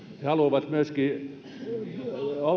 ja he haluavat myöskin